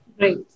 Right